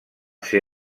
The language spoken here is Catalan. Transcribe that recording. ser